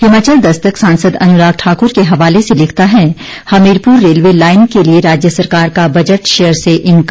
हिमाचल दस्तक सांसद अनुराग ठाकुर के हवाले से लिखता है हमीरपुर रेलवे लाईन के लिए राज्य सरकार का बजट शेयर से इंकार